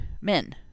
men